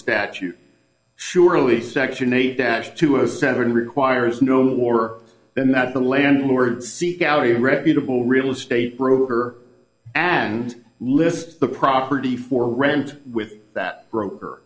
statute surely section eight dash two a seven requires no war then that the landlord seek out a reputable real estate broker and list the property for rent with that broker